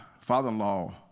father-in-law